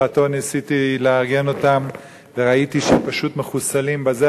בשעתי ניסיתי לארגן אותם וראיתי שהם פשוט מחוסלים בזה